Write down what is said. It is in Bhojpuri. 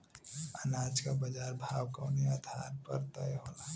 अनाज क बाजार भाव कवने आधार पर तय होला?